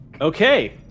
Okay